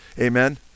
amen